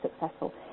successful